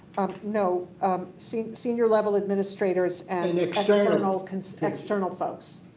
no. senior senior level administrators and. and external cons. external folks.